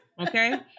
Okay